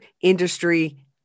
industry